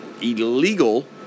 illegal